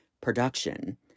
production